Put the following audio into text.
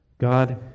God